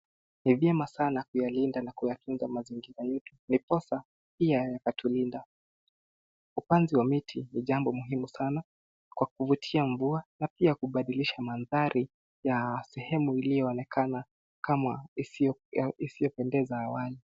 Ni vyema sana kuyalinda na kuyakinga mazingira yetu ndiposa pia yakatulinda. Upanzi wa miti ni jambo muhimu sana kwa kuvutia mvua na pia kubadilisha mandhari ya sehemu iliyoonekana kama isiyopendeza awali.